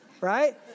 right